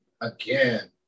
again